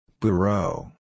Bureau